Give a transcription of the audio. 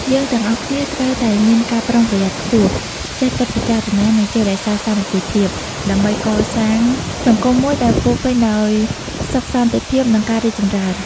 យើងទាំងអស់គ្នាត្រូវតែមានការប្រុងប្រយ័ត្នខ្ពស់ ចេះគិតពិចារណា និងចេះរក្សាសាមគ្គីភាព ដើម្បីកសាងសង្គមមួយដែលពោរពេញដោយសុខសន្តិភាព និងការរីកចម្រើន។